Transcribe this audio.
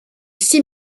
six